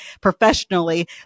Professionally